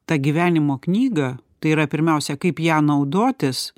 tą gyvenimo knygą tai yra pirmiausia kaip ją naudotis